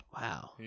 Wow